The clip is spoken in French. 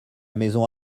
maison